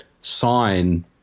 sign